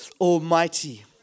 Almighty